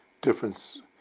difference